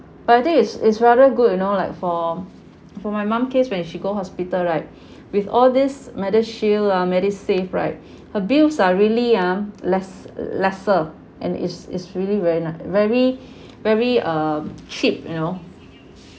but I think it's it's rather good you know like for for my mum case when she go hospital right with all this medishield lah medisave right her bills are really ah less lesser and it's it's really very na~ very very um cheap you know